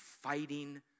fighting